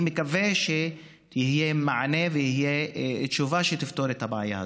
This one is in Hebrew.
אני מקווה שיהיה מענה ותהיה תשובה שתפתור את הבעיה הזאת.